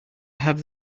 have